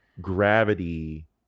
gravity